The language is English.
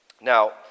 Now